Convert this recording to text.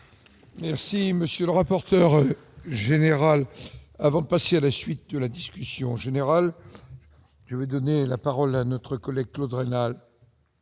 Merci, monsieur le rapporteur général, avant de passer à la suite de la discussion générale, je vais donner la parole à notre collègue Claude Raynal.